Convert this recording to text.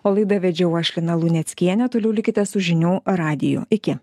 o laidą vedžiau aš lina luneckienė toliau likite su žinių radiju iki